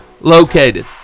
located